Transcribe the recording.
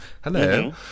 Hello